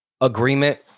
agreement